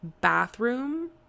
bathroom